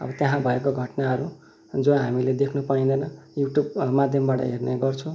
अब त्यहाँ भएको घटनाहरू जो हामीले देख्नु पाइँदैन युट्युब माध्यमबाट हेर्ने गर्छौँ